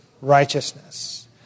righteousness